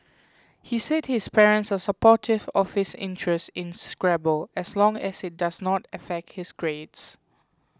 he said his parents are supportive of his interest in Scrabble as long as it does not affect his grades